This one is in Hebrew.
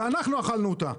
ואנחנו אכלנו אותה.